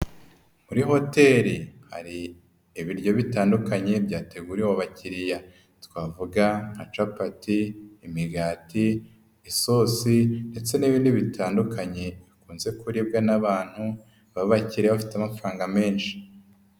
Muri hoteri hari ibiryo bitandukanye byateguriwe abakiriya twavuga nka capati, imigati, isosi ndetse n'ibindi bitandukanye bikunze kuribwa n'abantu b'abakire bafite amafaranga menshi.